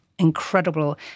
incredible